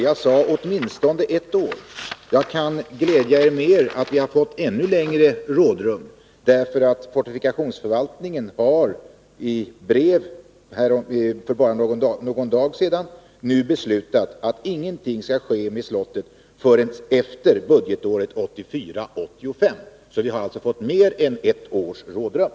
Jag sade åtminstone ett år, och jag kan glädja er med att vi har fått ännu längre rådrum, därför att fortifikationsförvaltningen i ett brev för bara någon dag sedan skriver att man nu beslutat att ingenting skall ske med slottet förrän efter budgetåret 1984/85. Vi har alltså fått mer än ett års rådrum.